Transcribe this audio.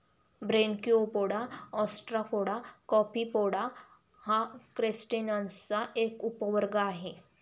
Branchiopoda, Ostracoda, Copepoda हा क्रस्टेसिअन्सचा एक उपवर्ग आहे